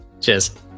Cheers